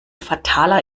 fataler